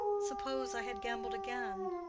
suppose i had gambled again,